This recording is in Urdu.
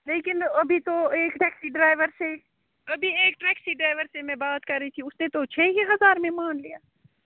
لیکن ابھی تو ایک ٹیکسی ڈرائیور سے ابھی ایک ٹیکسی ڈرائیور سے میں بات کر رہی تھی اس سے تو چھ ہی ہزار میں مان گیا